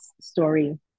story